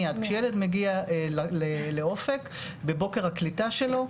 כשילד מגיע לאופק, בבוקר הקליטה שלו,